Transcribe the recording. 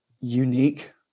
unique